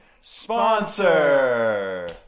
Sponsor